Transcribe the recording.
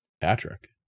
patrick